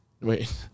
Wait